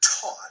taught